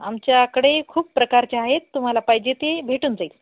आमच्याकडे खूप प्रकारचे आहेत तुम्हाला पाहिजे ते भेटून जाईल